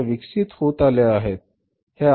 ह्या विकसित होत आल्या आहेत